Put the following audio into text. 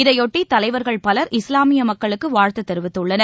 இதையொட்டி தலைவர்கள் பலர் இஸ்லாமிய மக்களுக்கு வாழ்த்து தெரிவித்துள்ளனர்